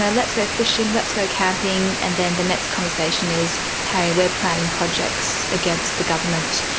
yeah let's go fishing, let's go camping and then the next conversation is, hey, we're planning projects against the government.